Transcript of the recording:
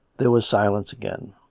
there was silence again,